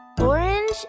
orange